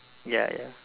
ya ya